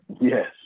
yes